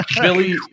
Billy